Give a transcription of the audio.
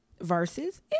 versus